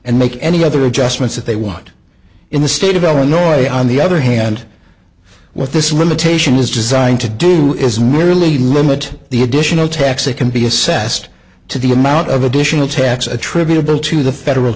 and make any other adjustments that they want in the state of illinois on the other hand what this really taishan is designed to do is merely limit the additional tax that can be assessed to the amount of additional tax attributable to the federal